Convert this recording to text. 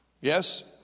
Yes